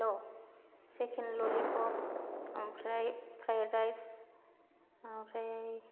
हेल' chicken lollipop ओमफ्राय fried rice ओमफ्राय